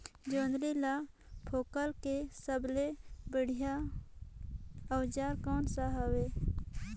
जोंदरी ला फोकला के सबले बढ़िया औजार कोन सा हवे?